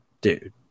dude